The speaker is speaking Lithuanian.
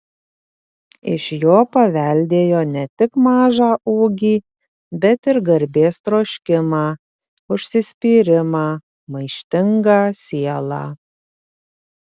iš jo paveldėjo ne tik mažą ūgį bet ir garbės troškimą užsispyrimą maištingą sielą